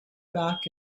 back